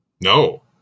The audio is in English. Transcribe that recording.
No